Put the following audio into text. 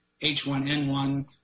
H1N1